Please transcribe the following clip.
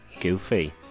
Goofy